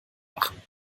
machen